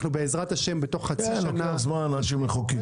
אנחנו בעזרת ה' בתוך חצי שנה --- לוקח זמן עד שמחוקקים.